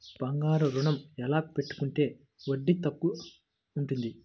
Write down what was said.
బంగారు ఋణం ఎలా పెట్టుకుంటే వడ్డీ తక్కువ ఉంటుంది?